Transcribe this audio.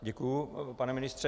Děkuji, pane ministře.